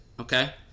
okay